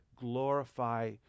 glorify